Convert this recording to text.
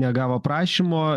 negavo prašymo